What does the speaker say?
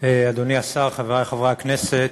תודה רבה, אדוני השר, חברי חברי הכנסת,